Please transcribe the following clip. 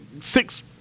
six